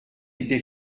été